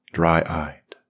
dry-eyed